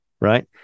right